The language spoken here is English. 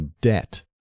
debt